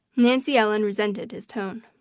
nancy ellen resented his tone.